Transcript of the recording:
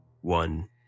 One